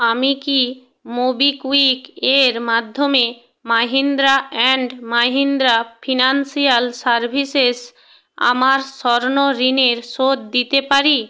আমি কি মোবিকুইক এর মাধ্যমে Mahindra and Mahindra financial services আমার স্বর্ণ ঋণের শোধ দিতে পারি